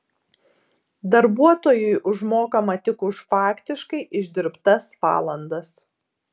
darbuotojui užmokama tik už faktiškai išdirbtas valandas